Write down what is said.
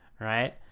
Right